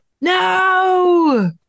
No